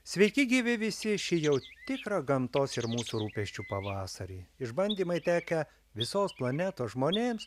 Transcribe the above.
sveiki gyvi visi išėjau tikrą gamtos ir mūsų rūpesčių pavasarį išbandymai tekę visos planetos žmonėms